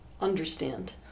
understand